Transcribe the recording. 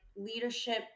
Leadership